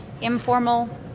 informal